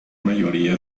mayoría